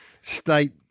state